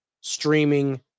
streaming